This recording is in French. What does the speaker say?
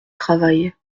travail